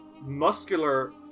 muscular